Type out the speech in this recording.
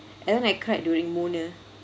and then I cried during mune